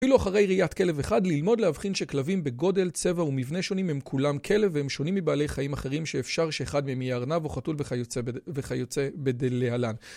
אפילו אחרי ראיית כלב אחד, ללמוד להבחין שכלבים בגודל, צבע ומבנה שונים הם כולם כלב והם שונים מבעלי חיים אחרים שאפשר שאחד מהם יהיה ארנב או חתול וכיוצא בדלהלן.